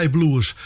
Blues